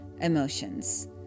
emotions